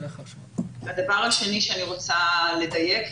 הדבר השני שאני רוצה לדייק.